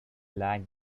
lag